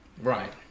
Right